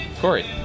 Corey